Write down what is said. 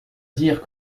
dire